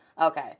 Okay